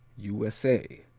u s a